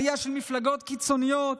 עלייה של מפלגות קיצוניות,